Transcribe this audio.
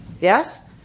yes